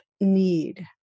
need